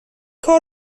کار